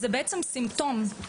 זה סימפטום,